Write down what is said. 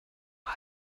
mal